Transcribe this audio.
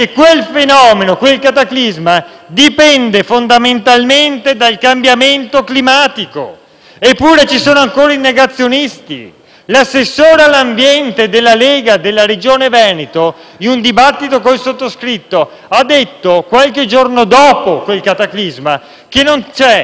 eppure, ci sono ancora i negazionisti. L'assessore all'ambiente della Lega della Regione Veneto, in un dibattito con il sottoscritto, ha detto qualche giorno dopo quel cataclisma che non c'è alcuna evidenza scientifica che leghi il mutamento climatico con l'azione antropica.